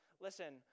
Listen